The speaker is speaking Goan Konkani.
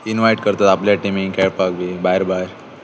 इनवायट करतात आपल्या टिमींक खेळपाक बी भायर भायर